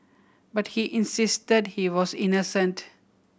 but he insisted he was innocent